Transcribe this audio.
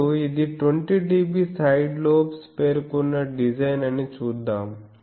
ఇప్పుడు ఇది 20dB side lobes పేర్కొన్న డిజైన్ అని చూద్దాం